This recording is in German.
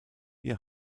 ihr